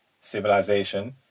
civilization